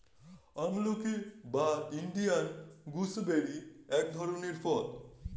আমলকি বা Indian gooseberry এক ধরনের ফল